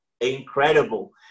incredible